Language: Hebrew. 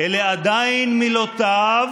נכון, אלה עדיין מילותיו